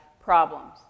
problems